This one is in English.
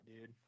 dude